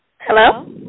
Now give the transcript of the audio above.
Hello